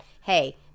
hey